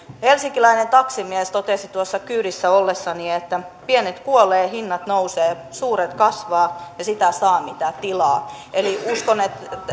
helsinkiläinen taksimies totesi kyydissä ollessani että pienet kuolevat hinnat nousevat suuret kasvavat ja sitä saa mitä tilaa eli uskon